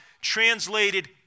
translated